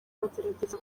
bagerageza